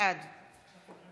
בעד